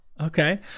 Okay